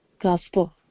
gospel